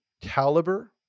caliber